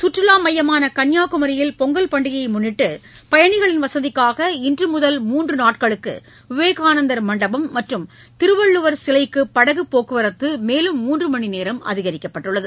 சுற்றுலா மையமான கன்னியாகுமரியில் பொங்கல் பண்டிகையை முன்னிட்டு சுற்றுலாப் பயணிகளின் வசதிக்காக இன்று முதல் மூன்று நாட்களில் விவேகானந்தர் மண்டபம் மற்றும் திருவள்ளுவர் சிலைக்கு படகு போக்குவரத்து மூன்று மணி நேரம் அதிகரிக்கப்பட்டுள்ளது